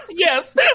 yes